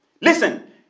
Listen